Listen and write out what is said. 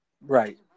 Right